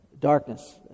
darkness